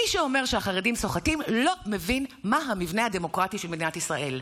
מי שאומר שהחרדים סוחטים לא מבין מה המבנה הדמוקרטי של מדינת ישראל.